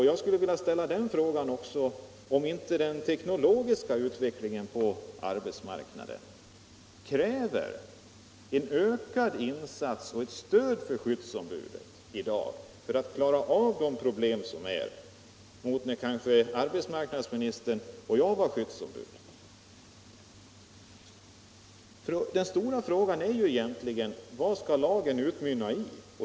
Jag skulle därför vilja fråga om inte den teknologiska utvecklingen på arbetsmarknaden kräver en ökad insats som stöd åt skyddsombuden för att de skall kunna klara av de problem som finns i dag jämfört med de problem som fanns då arbetsmarknadsministern och jag var skyddsombud. Den stora frågan är vad lagen skall utmynna i.